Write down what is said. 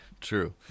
true